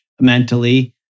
mentally